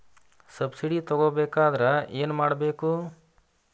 Subsidy ತಗೊಬೇಕಾದರೆ ಏನು ಮಾಡಬೇಕು?